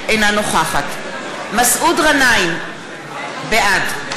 אינה נוכחת מסעוד גנאים, בעד משה גפני,